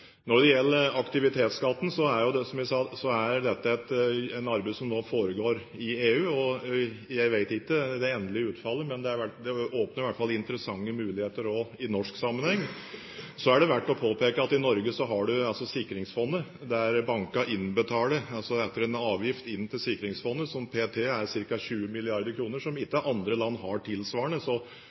Når det gjelder aktivitetsskatten, er det, som jeg sa, et arbeid som nå foregår i EU. Jeg vet ikke det endelige utfallet, men det åpner i hvert fall interessante muligheter også i norsk sammenheng. Så er det verdt å påpeke at i Norge har vi Sikringsfondet, og bankene innbetaler en avgift til Sikringsfondet, som p.t. er på ca. 20 mrd. kr, som ikke andre land har tilsvarende,